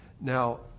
Now